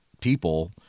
people